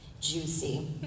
juicy